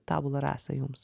tabula rasa jums